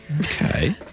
Okay